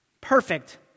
perfect